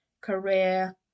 career